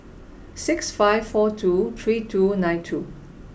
six five four two three two nine two